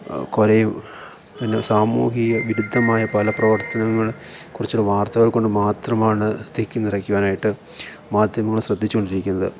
കൊലയും പിന്നെ സാമൂഹ്യ വിരുദ്ധമായ പല പ്രവർത്തനങ്ങളുടെ കുറച്ചൂകൂടി വാർത്തകൾ കൊണ്ട് മാത്രമാണ് തിക്കി നിറയ്ക്കുവാനായിട്ട് മാധ്യമങ്ങൾ ശ്രദ്ധിച്ചുകൊണ്ടിരിക്കുന്നത്